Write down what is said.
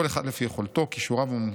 כל אחד לפי יכולתו, כישוריו ומומחיותו,